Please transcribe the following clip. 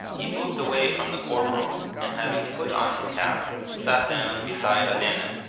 he moved away from the corporal, and having put on his cap sat down beside olenin.